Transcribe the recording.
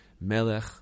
Melech